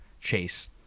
chase